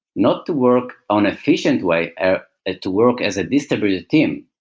not to work on efficient way, ah ah to work as a distributed team.